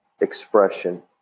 expression